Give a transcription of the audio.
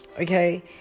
Okay